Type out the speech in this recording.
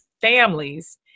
families